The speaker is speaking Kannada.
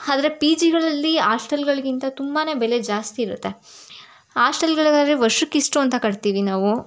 ಆದ್ರೆ ಪಿ ಜಿಗಳಲ್ಲಿ ಆಸ್ಟೆಲ್ಗಳಿಗಿಂತ ತುಂಬ ಬೆಲೆ ಜಾಸ್ತಿ ಇರುತ್ತೆ ಆಸ್ಟೆಲ್ಗಳಲ್ಲಾದರೆ ವರ್ಷಕ್ಕಿಷ್ಟು ಅಂತ ಕಟ್ಟುತ್ತೀವಿ ನಾವು